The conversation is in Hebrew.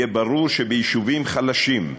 יהיה ברור שביישובים חלשים,